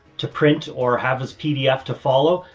to print or have this pdf to follow,